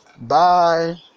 Bye